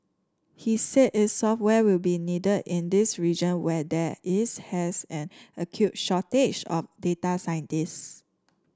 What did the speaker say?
he said its software will be needed in this region where there is has an acute shortage of data scientist